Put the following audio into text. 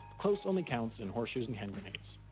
close only counts in horseshoes and hand grenades.